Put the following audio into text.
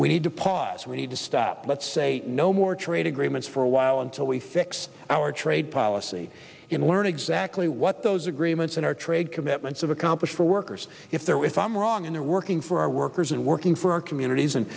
we need to pause we need to stop let's say no more trade agreements for a while until we fix our trade policy in learn exactly what those agreements and our trade commitments of accomplished for workers if there were if i'm wrong and they're working for our workers and working for our communities and